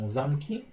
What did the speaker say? zamki